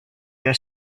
your